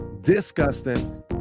disgusting